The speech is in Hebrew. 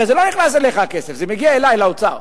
הרי זה לא נכנס אליך, הכסף, זה מגיע אלי, לאוצר.